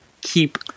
keep